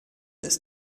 ist